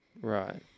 Right